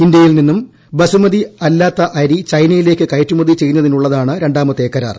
ഇന്തൃയിൽ നിന്നും ബസുമതി അല്ലാത്ത അരി ചൈനയിലേക്ക് കയറ്റുമതി ചെയ്യുന്നതിനുള്ളതാണ് രണ്ടാമത്തെ കരാർ